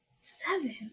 Seven